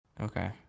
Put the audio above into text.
Okay